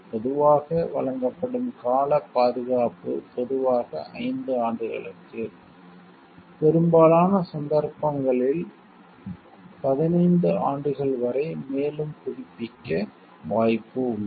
பொதுவாக வழங்கப்படும் கால பாதுகாப்பு பொதுவாக 5 ஆண்டுகளுக்கு பெரும்பாலான சந்தர்ப்பங்களில் 15 ஆண்டுகள் வரை மேலும் புதுப்பிக்க வாய்ப்பு உள்ளது